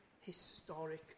historic